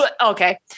Okay